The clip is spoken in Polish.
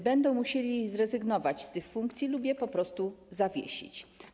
Będą musieli zrezygnować z tych funkcji lub je po prostu zawiesić.